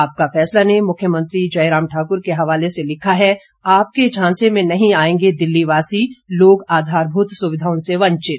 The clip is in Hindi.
आपका फैसला ने मुख्यमंत्री जयराम ठाकुर के हवाले से लिखा है आप के झांसे में नहीं आएंगे दिल्लीवासी लोग आधारभूत सुविधाओं से वंचित